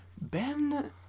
Ben